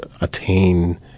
attain